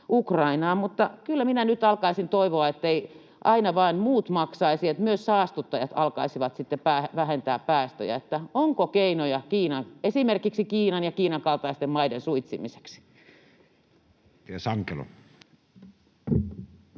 mutta kyllä minä nyt alkaisin toivoa, ettei aina vain muut maksaisi, että myös saastuttajat alkaisivat vähentää päästöjä. Onko keinoja esimerkiksi Kiinan ja Kiinan kaltaisten maiden suitsimiseksi? Edustaja Sankelo.